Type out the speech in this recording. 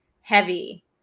Heavy